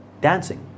dancing